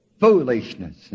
Foolishness